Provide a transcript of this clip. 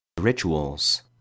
rituals